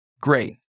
Great